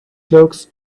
cloaks